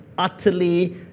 Utterly